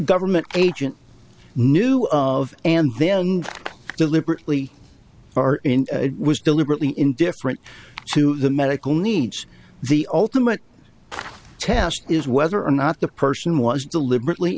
government agent knew of and then deliberately or in was deliberately indifferent to the medical needs the ultimate test is whether or not the person was deliberately